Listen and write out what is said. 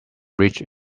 reached